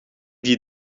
die